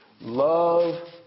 Love